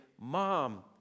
Mom